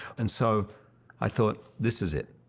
and so i thought, this is it.